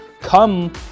come